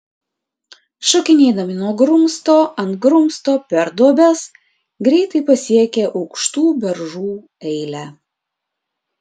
šokinėdami nuo grumsto ant grumsto per duobes greitai pasiekė aukštų beržų eilę